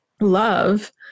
love